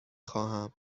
خواهم